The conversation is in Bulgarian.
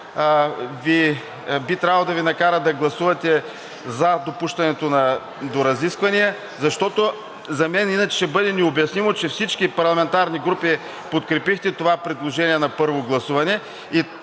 би трябвало да Ви накара да гласувате за допускането до разисквания, защото за мен иначе ще бъде необяснимо, че всички парламентарни групи подкрепихте това предложение на първо гласуване.